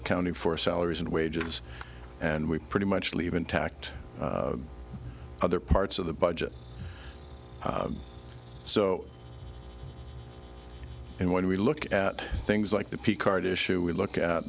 accounting for salaries and wages and we pretty much leave intact other parts of the budget so when we look at things like the p card issue we look at